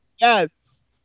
Yes